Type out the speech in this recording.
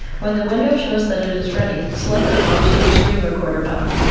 when the window shows that is ready, select the launch the screen recorder button.